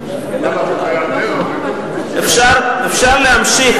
אפשר להמשיך